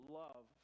love